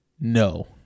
no